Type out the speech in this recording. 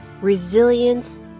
resilience